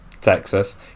Texas